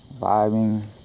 vibing